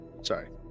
Sorry